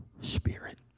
spirit